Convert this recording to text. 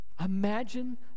Imagine